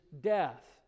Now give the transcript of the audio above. death